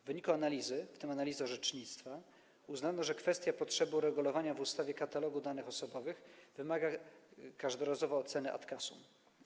W wyniku analizy, w tym analizy orzecznictwa, uznano, że kwestia potrzeby uregulowania w ustawie katalogu danych osobowych wymaga każdorazowo oceny ad casum.